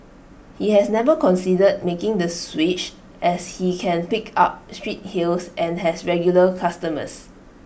he has never considered making the switch as he can pick up street hails and has regular customers